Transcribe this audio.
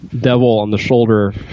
devil-on-the-shoulder